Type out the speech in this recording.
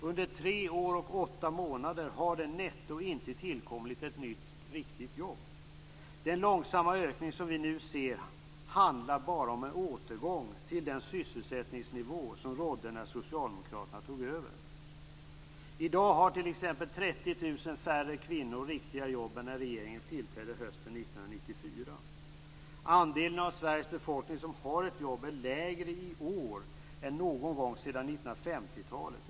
Under tre år och åtta månader har det netto inte tillkommit ett enda nytt riktigt jobb. Den långsamma ökning som vi nu ser handlar bara om en återgång till den sysselsättningsnivå som rådde när socialdemokraterna tog över. I dag har t.ex. 30 000 färre kvinnor riktiga jobb än är regeringen tillträdde hösten 1994. Andelen av Sveriges befolkning som har ett jobb är lägre i år än någon gång sedan 1950-talet.